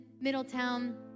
Middletown